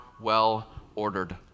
well-ordered